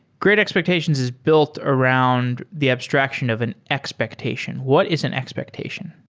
great expectations is built around the abstraction of an expectation. what is an expectation?